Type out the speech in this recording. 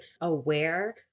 aware